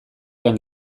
joan